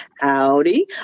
howdy